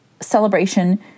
celebration